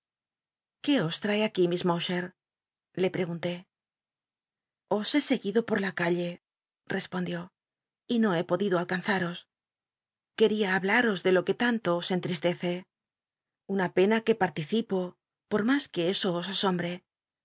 qué os trae ac ui miss mowcher le pregunté os he seguido por la calle respondió y no he podido alcanzaros quería hablaros de lo que biblioteca nacional de españa da vi d copperfield a ucjjn rcrdncion me anonadó tanto os entristece una pena que participo por mas que eso os asombre